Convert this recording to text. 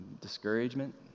Discouragement